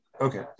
Okay